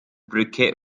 brücke